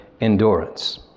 endurance